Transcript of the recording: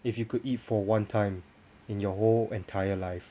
if you could eat for one time in your whole entire life